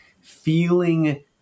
feeling